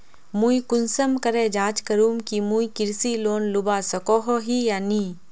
मुई कुंसम करे जाँच करूम की मुई कृषि लोन लुबा सकोहो ही या नी?